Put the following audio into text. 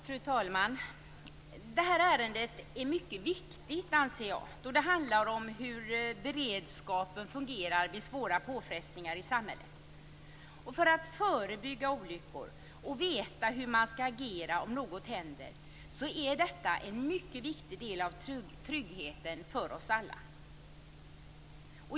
Fru talman! Jag anser att detta ärende är mycket viktigt, eftersom det handlar om hur beredskapen fungerar vid svåra påfrestningar i samhället. För att förebygga olyckor och veta hur man skall agera om något händer är detta en mycket viktig del av tryggheten för oss alla.